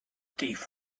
thief